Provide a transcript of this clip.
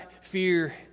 fear